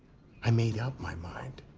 i made up my mind.